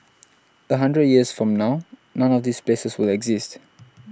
a hundred years from now none of these places will exist